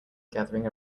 gathering